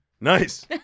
Nice